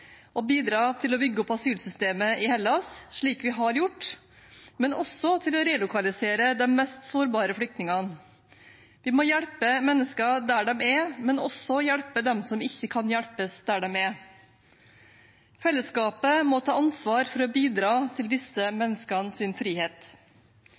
å bedre forholdene i leirene og ved å bidra til å bygge opp asylsystemet i Hellas, slik vi har gjort, og også til å relokalisere de mest sårbare flyktningene. Vi må hjelpe mennesker der de er, men også hjelpe dem som ikke kan hjelpes der de er. Fellesskapet må ta ansvar for å bidra til disse